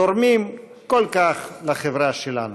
תורמים כל כך לחברה שלנו.